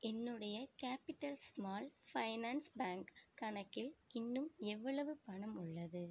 என்னுடைய Capital Small Finance Bank கணக்கில் இன்னும் எவ்வளவு பணம் உள்ளது